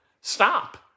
Stop